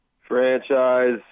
Franchise